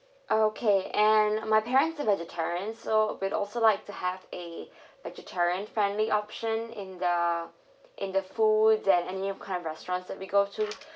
okay and my parents are vegetarians so we also like to have a vegetarian friendly option in the in the food that any of kind restaurants that we go to